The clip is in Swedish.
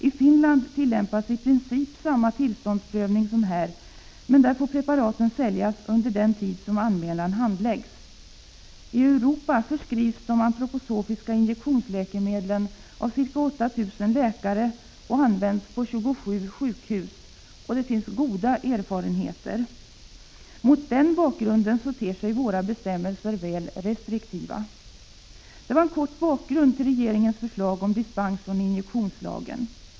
I Finland tillämpas i princip samma tillståndsprövning som här, men där får preparaten säljas under den tid som anmälan handläggs. I Europa förskrivs de antroposofiska injektionsläkemedlen av ca 8 000 läkare och används på 27 sjukhus, och det finns goda erfarenheter. Mot den bakgrunden ter sig våra bestämmelser väl restriktiva. Det var en kort bakgrund till regeringens förslag om dispens från injektionslagen.